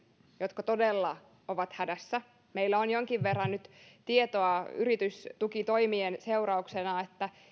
jotka todella ovat hädässä meillä on jonkin verran nyt tietoa yritystukitoimien seurauksena siitä että